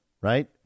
right